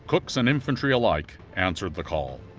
cooks and infantry alike answered the call.